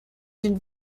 den